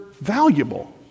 valuable